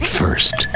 first